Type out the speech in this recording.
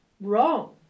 wrong